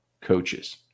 coaches